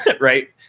right